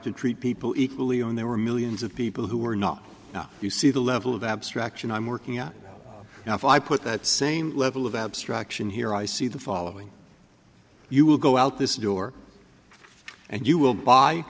to treat people equally and there were millions of people who were not now you see the level of abstraction i'm working at now if i put that same level of abstraction here i see the following you will go out this door and you will b